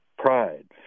Pride